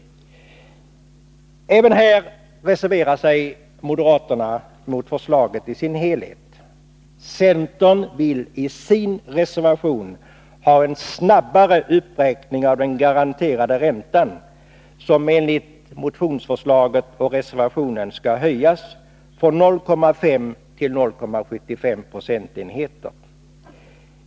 Även här reserverar sig moderaterna mot förslaget i dess helhet. Centern vill i sin reservation ha en snabbare uppräkning av den garanterade räntan, som skall höjas från 0,5 till 0,75 procentenheter.